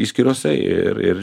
išskyrose ir ir